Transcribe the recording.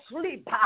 sleep